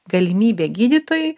galimybė gydytojui